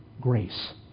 grace